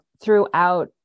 throughout